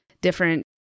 different